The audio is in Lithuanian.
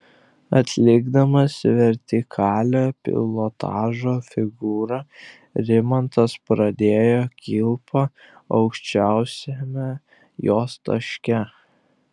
atlikdamas vertikalią pilotažo figūrą rimantas pradėjo kilpą aukščiausiame jos taške